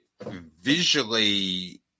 visually